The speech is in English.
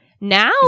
Now